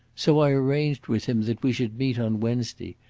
so i arranged with him that we should meet on wednesday,